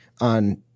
on